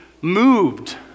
moved